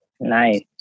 Nice